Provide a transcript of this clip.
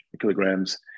kilograms